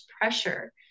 pressure